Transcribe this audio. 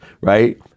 right